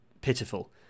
pitiful